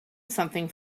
something